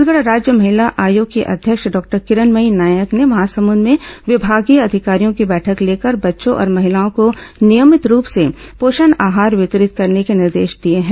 छत्तीसगढ़ राज्य महिला आयोग की अध्यक्ष डॉक्टर किरणमयी नायक ने महासमुद में विमागीय अधिकारियों की बैठक लेकर बच्चों और महिलाओं को नियभित रूप से पोषण आहार वितरित करने के निर्देश दिए हैं